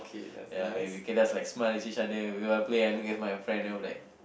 ya maybe K just like smile at each other we while play I look at my friend then I'm like